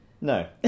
No